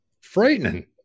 frightening